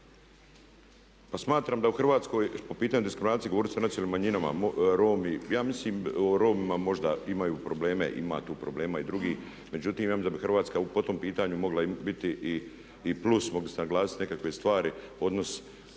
Pa smatram da u Hrvatskoj po pitanju diskriminacije, govorili ste o nacionalnim manjinama, Romi. Ja mislim o Romima, možda imaju probleme, ima tu problema i drugih. Međutim, ja mislim da bi Hrvatska po tom pitanju mogla biti i plus, mogli se naglasiti nekakve stvari, odnos